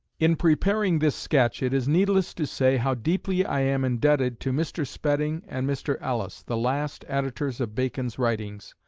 in preparing this sketch it is needless to say how deeply i am indebted to mr. spedding and mr. ellis, the last editors of bacon's writings,